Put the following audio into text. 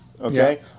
Okay